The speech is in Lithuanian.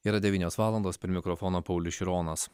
yra devynios valandos prie mikrofono paulius šironas